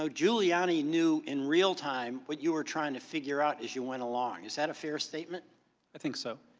so giuliani knew in real time what you are trying to figure out as you went along, is that a fair statement? because i think so.